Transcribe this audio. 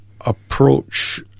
approach